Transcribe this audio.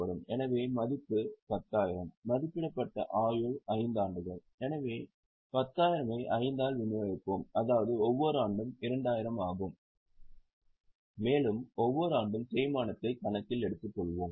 எனவே மதிப்பு 10000 மதிப்பிடப்பட்ட ஆயுள் 5 ஆண்டுகள் எனவே 10000 ஐ 5 ஆல் விநியோகிப்போம் அதாவது ஒவ்வொரு ஆண்டும் 2000 ஆகும் மேலும் ஒவ்வொரு ஆண்டும் தேய்மானத்தை கணக்கில் எடுத்து கொள்வோம்